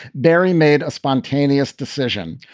barry made a spontaneous decision.